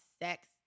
sex